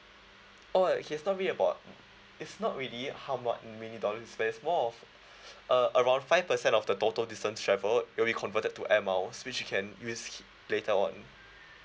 oh okay it's not really about it's not really how much many dollars you spend it's more of uh around five percent of the total distance travelled will be converted to air miles which you can use later on